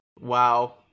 Wow